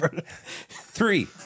three